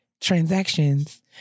transactions